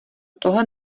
tohle